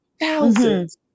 Thousands